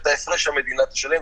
את ההפרש המדינה תשלם,